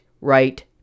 right